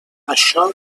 això